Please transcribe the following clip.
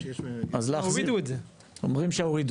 אומרים שהורידו.